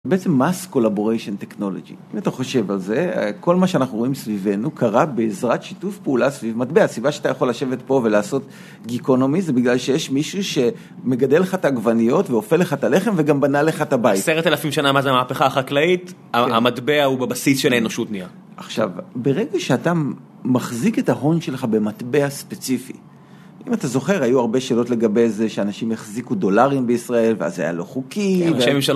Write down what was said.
בעצם מס קוללבוריישן טכנולוגי. אם אתה חושב על זה, כל מה שאנחנו רואים סביבנו קרה בעזרת שיתוף פעולה סביב מטבע. הסיבה שאתה יכול לשבת פה ולעשות גיקונומי זה בגלל שיש מישהו שמגדל לך את העגבניות ואופה לך את הלחם וגם בנה לך את הבית. עשרת אלפים שנה, מאז המהפכה החקלאית, המטבע הוא בבסיס של האנושות נהיה. עכשיו, ברגע שאתה מחזיק את ההון שלך במטבע ספציפי, אם אתה זוכר, היו הרבה שאלות לגבי זה שאנשים יחזיקו דולרים בישראל ואז זה היה לא חוקי. כן, ראשי ממשלות